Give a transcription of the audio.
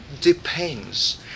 depends